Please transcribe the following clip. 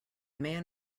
man